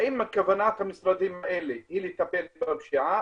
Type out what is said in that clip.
אם כוונת המשרדים האלה היא לטפל בפשיעה,